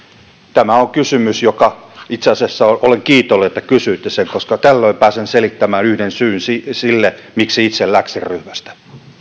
tämä on kysymys josta itse asiassa olen kiitollinen että kysyitte sen koska tällöin pääsen selittämään yhden syyn sille sille miksi itse läksin ryhmästä tämä